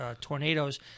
tornadoes